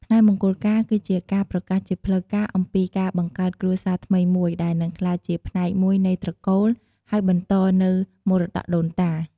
ថ្ងៃមង្គលការគឺជាការប្រកាសជាផ្លូវការអំពីការបង្កើតគ្រួសារថ្មីមួយ ដែលនឹងក្លាយជាផ្នែកមួយនៃត្រកូល ហើយបន្តនូវមរតកដូនតា។